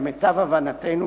למיטב הבנתנו,